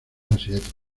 asiáticos